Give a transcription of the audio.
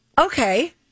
Okay